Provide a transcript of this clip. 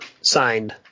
signed